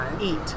eat